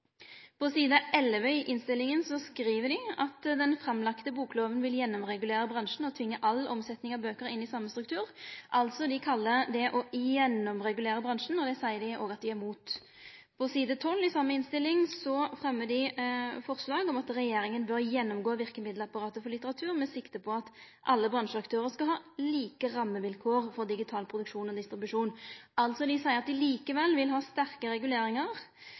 På side 11 i innstillinga skriv dei at det forslaget til boklov som er lagt fram, vil «gjennomregulere bransjen og tvinge all omsetning av bøker inn i samme struktur». Altså: Dei kallar det å «gjennomregulere bransjen», og det seier dei òg at dei er imot. På side 12 i den same innstillinga fremmer dei forslag om at regjeringa bør «gjennomgå virkemiddelapparatet for litteratur med sikte på at alle bransjeaktører skal ha like rammevilkår for digital produksjon og distribusjon». Altså: Dei seier at dei likevel vil ha sterke reguleringar,